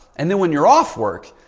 and then when you're off work,